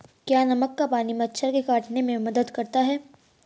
क्या नमक का पानी मच्छर के काटने में मदद करता है?